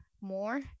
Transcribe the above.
more